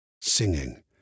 singing